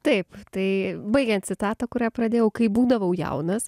taip tai baigiant citatą kurią pradėjau kai būdavau jaunas